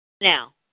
Now